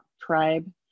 tribe